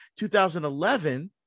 2011